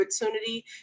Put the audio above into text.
opportunity